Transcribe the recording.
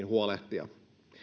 huolehtia